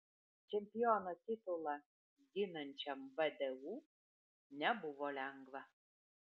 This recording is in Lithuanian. čempiono titulą ginančiam vdu nebuvo lengva